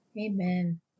Amen